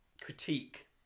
critique